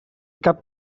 cap